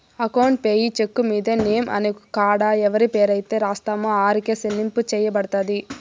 account payee cheque మీద name అనే కాడ ఎవరి పేరైతే రాస్తామో ఆరికే సెల్లింపు సెయ్యబడతది